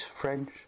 French